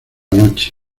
noche